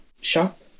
shop